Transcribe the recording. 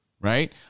Right